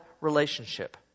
relationship